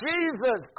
Jesus